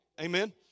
amen